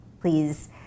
please